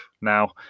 now